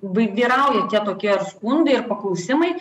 vyrauja tie tokie skundai ir paklausimai